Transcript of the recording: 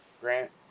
Grant